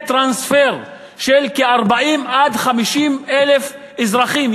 יהיה טרנספר של 40,000 50,000 אזרחים,